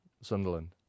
Sunderland